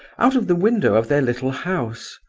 out of the window of their little house,